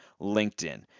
LinkedIn